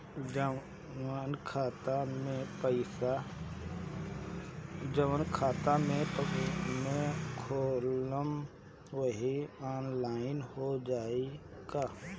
जवन खाता बैंक में खोलम वही आनलाइन हो जाई का?